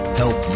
help